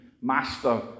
master